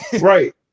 right